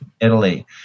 Italy